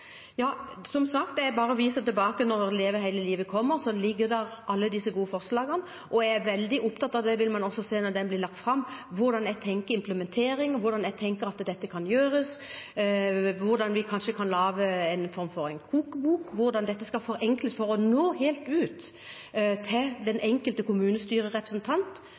Som sagt, når Leve hele livet kommer, ligger alle disse gode forslagene der. Jeg er veldig opptatt av – det vil man også se når meldingen blir lagt fram – hvordan jeg tenker implementering, hvordan jeg tenker at dette kan gjøres, hvordan vi kanskje kan lage en form for «kokebok», og hvordan dette skal forenkles for å nå helt ut til den enkelte kommunestyrerepresentant,